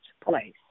place